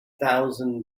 thousand